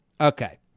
Okay